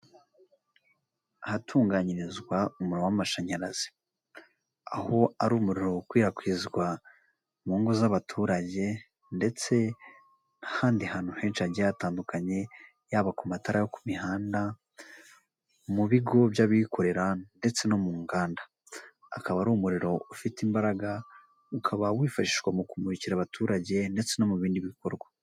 Ahatunganyirizwa umuriro w'amashanyarazi. Aho ari umuriro ukwirakwizwa mu ngo z'abaturage ndetse n'ahandi hantu henshi hagiye hatandukanye yaba ku matara yo ku mihanda, mu bigo by'abikorera ndetse no mu nganda. Akaba ari umuriro ufite imbaraga, ukaba wifashishwa mu kumurikira abaturage ndetse no mu bindi bikorwa.